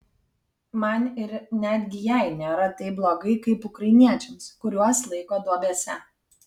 man ir netgi jai nėra taip blogai kaip ukrainiečiams kuriuos laiko duobėse